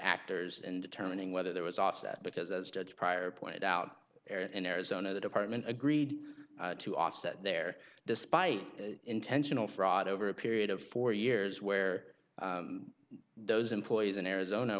actors and determining whether there was offset because as judge pryor pointed out in arizona the department agreed to offset there despite the intentional fraud over a period of four years where those employees in arizona